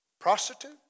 prostitute